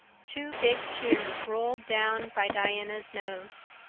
two big tears rolled down by diana's nose.